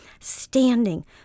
standing